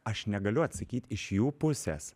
aš negaliu atsakyt iš jų pusės